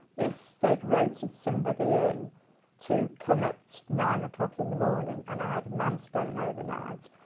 if they'd rota'd somebody in to come at nine o'clock in the morning and i had a man staying overnight,